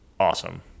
Awesome